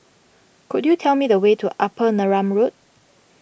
could you tell me the way to Upper Neram Road